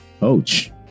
coach